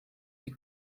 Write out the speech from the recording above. die